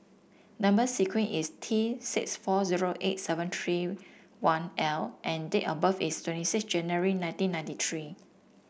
number sequence is T six four zero eight seven three one L and date of birth is twenty six January nineteen ninety three